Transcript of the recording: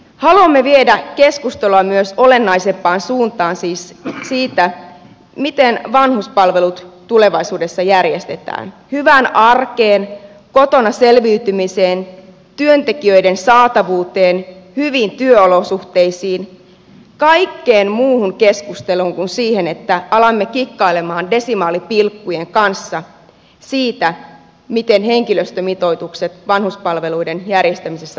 haluamme viedä keskustelua olennaisempaan suuntaan siis keskusteluun siitä miten vanhuspalvelut tulevaisuudessa järjestetään hyvään arkeen kotona selviytymiseen työntekijöiden saatavuuteen hyviin työolosuhteisiin kaikkeen muuhun keskusteluun kuin siihen että alamme kikkailla desimaalipilkkujen kanssa siitä miten henkilöstömitoitukset vanhuspalveluiden järjestämisessä toteutetaan